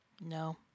No